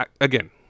again